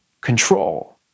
control